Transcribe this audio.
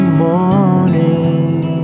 morning